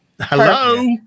hello